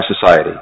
society